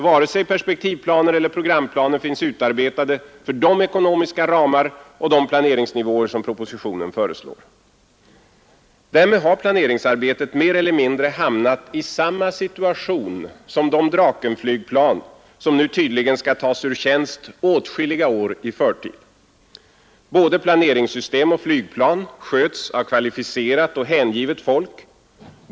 Varken perspektivplaner eller programplaner finns utarbetade för de ekonomiska ramar och de planeringsnivåer som propositionen föreslår. Därmed har planeringsarbetet mer eller mindre hamnat i samma situation som de Drakenflygplan som nu tydligen skall tas ur tjänst åtskilliga år i förtid. Både planeringssystem och flygplan sköts av kvalificerat och hängivet folk.